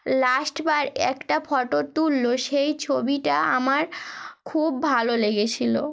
last বার একটা photo তুললো সেই ছবিটা আমার খুব ভালো লেগেছিলো